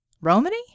Romany